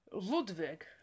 Ludwig